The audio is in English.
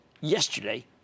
yesterday